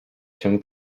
się